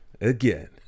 again